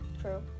True